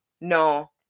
No